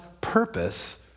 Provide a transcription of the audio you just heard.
purpose